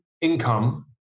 income